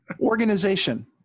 Organization